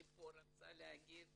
אני רוצה להגיד